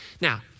Now